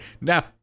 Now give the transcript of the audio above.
Now